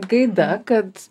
gaida kad